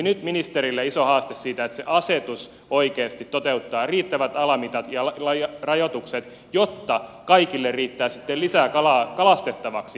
nyt ministerille iso haaste siitä että se asetus oikeasti toteuttaa riittävät alamitat ja rajoitukset jotta kaikille riittää sitten lisää kalaa kalastettavaksi